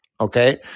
okay